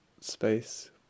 space